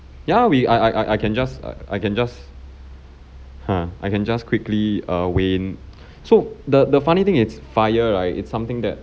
ya we I I I I can just like I can just ha I can just quickly err win so the the funny thing it's FIRE right it's something that